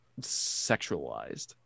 sexualized